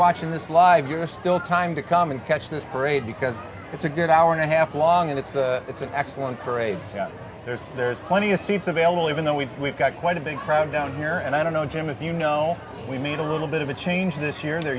watching this live you're still time to come and catch this parade because it's a good hour and a half long and it's it's an excellent parade there's there's plenty of seats available even though we've we've got quite a big crowd down here and i don't know jim if you know we need a little bit of a change this year the